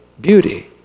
beauty